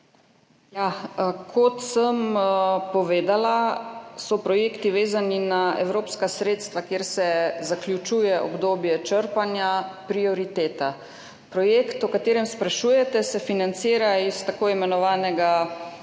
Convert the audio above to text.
Kot sem povedala, so projekti vezani na evropska sredstva, kjer se zaključuje obdobje črpanja. Prioriteta. Projekt, o katerem sprašujete, se financira iz tako imenovanega